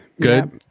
good